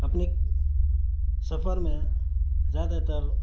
اپنے سفر میں زیادہ تر